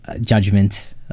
judgment